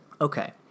okay